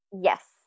Yes